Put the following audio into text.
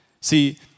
See